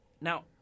Now